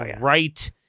right